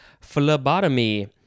phlebotomy